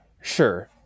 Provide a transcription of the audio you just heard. Sure